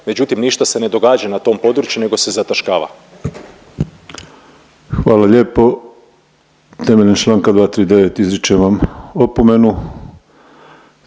međutim ništa se ne događa na tom području nego se zataškava. **Penava, Ivan (DP)** Hvala lijepo. Temeljem čl. 239. izričem vam opomenu,